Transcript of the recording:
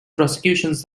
prosecutions